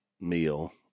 meal